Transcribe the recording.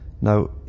Now